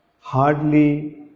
hardly